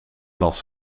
las